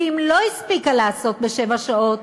ואם לא הספיקה לעשות בשבע שעות,